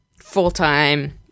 full-time